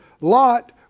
Lot